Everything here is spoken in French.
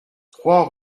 trois